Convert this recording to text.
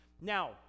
Now